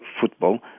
football